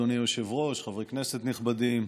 אדוני היושב-ראש, חברי כנסת נכבדים,